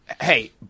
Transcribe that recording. hey